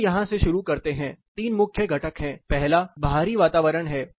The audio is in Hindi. इसे यहाँ से शुरू करते हैं 3 मुख्य घटक हैं पहला बाहरी वातावरण है